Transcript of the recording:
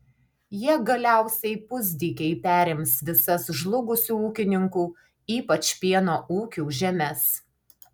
jie galiausiai pusdykiai perims visas žlugusių ūkininkų ypač pieno ūkių žemes